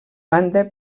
banda